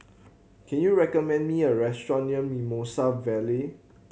can you recommend me a restaurant near Mimosa Vale